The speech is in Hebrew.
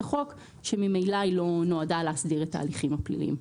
החוק שממילא היא לא נועדה להסדיר את ההליכים הפליליים.